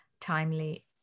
timely